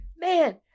man